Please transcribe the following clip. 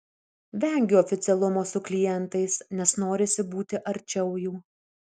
vengiu oficialumo su klientais nes norisi būti arčiau jų